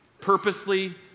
purposely